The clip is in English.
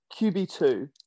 QB2